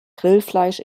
grillfleisch